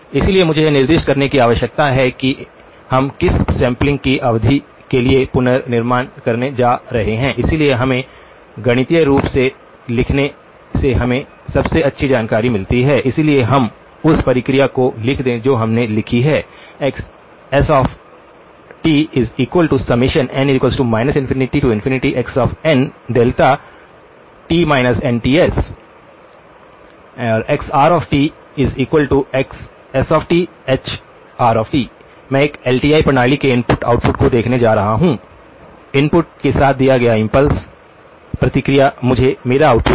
इसलिए हमें यह निर्दिष्ट करने की आवश्यकता है कि हम किस सैंपलिंग की अवधि के लिए पुनर्निर्माण करने जा रहे हैं इसलिए इसे गणितीय रूप से लिखने से हमें सबसे अच्छी जानकारी मिलती है इसलिए हम उस प्रक्रिया को लिख दें जो हमने लिखी है इसलिए xsn ∞xnδ xrxshr मैं एक एलटीआई प्रणाली के इनपुट आउटपुट को देख रहा हूं इनपुट के साथ दिया गया इम्पल्स प्रतिक्रिया मुझे मेरा आउटपुट देता है